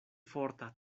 forta